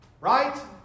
Right